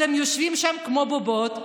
אתם יושבים שם כמו בובות,